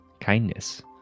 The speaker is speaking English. kindness